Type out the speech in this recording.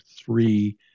three